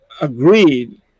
agreed